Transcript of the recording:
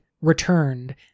returned